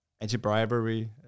anti-bribery